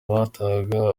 batahaga